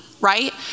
right